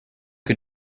que